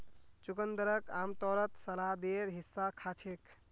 चुकंदरक आमतौरत सलादेर हिस्सा खा छेक